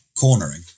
cornering